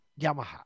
Yamaha